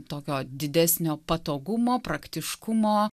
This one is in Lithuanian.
tokio didesnio patogumo praktiškumo